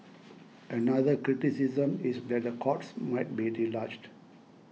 another criticism is that the courts might be deluged